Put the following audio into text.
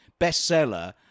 bestseller